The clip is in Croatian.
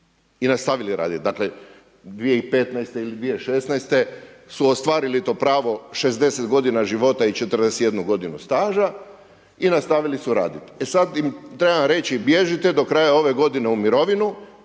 i nastavili raditi, dakle 2015., ili 2016. su ostvarili to pravo 60 godina života i 41 godinu staža i nastavili su raditi, e sad im trebam reći bježite do kraja ove godine u mirovinu,